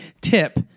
tip